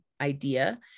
idea